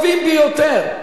הטובים ביותר.